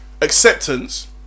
acceptance